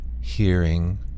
hearing